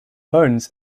bones